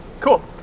Cool